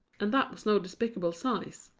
and that was no despicable size.